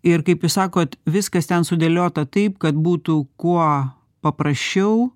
ir kaip jūs sakot viskas ten sudėliota taip kad būtų kuo paprasčiau